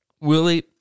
Willie